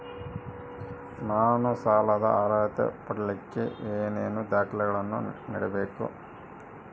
ನಾನು ಸಾಲದ ಅರ್ಹತೆ ಪಡಿಲಿಕ್ಕೆ ಏನೇನು ದಾಖಲೆಗಳನ್ನ ನೇಡಬೇಕು?